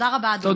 תודה רבה, אדוני.